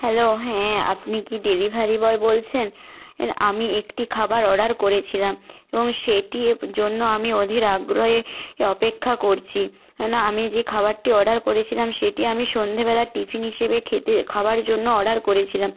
hello হ্যাঁ আপনি কি ডেলিভারি বয় বলছেন আমি একটি খাবার অর্ডার করেছিলাম এবং সেটির জন্য আমি অধীর আগ্রহে অপেক্ষা করছি না আমি যে খাবারটি অর্ডার করেছিলাম সেটি আমি সন্ধ্যেবেলার টিফিন হিসেবে খেতে খাবার জন্য অর্ডার করেছিলাম